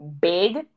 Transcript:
big